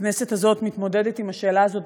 הכנסת הזאת מתמודדת עם השאלה הזאת